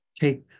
take